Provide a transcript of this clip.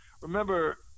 Remember